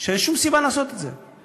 כשאין שום סיבה לעשות את זה.